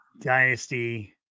dynasty